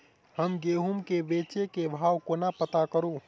हम गेंहूँ केँ बेचै केँ भाव कोना पत्ता करू?